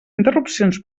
interrupcions